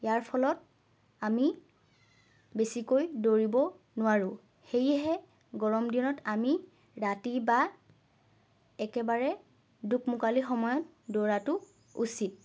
ইয়াৰ ফলত আমি বেছিকৈ দৌৰিব নোৱাৰোঁ সেয়েহে গৰম দিনত আমি ৰাতি বা একেবাৰে দোকমোকালি সময়ত দৌৰাটো উচিত